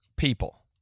People